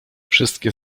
wszystkie